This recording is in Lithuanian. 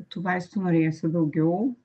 tų vaistų norėjosi daugiau